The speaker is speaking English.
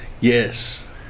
yes